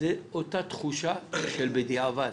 זו אותה תחושה של בדיעבד.